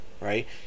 right